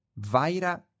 Vaira